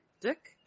dick